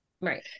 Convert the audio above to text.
right